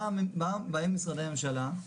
באים משרדי הממשלה,